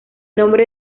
nombre